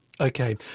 Okay